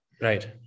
Right